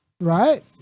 right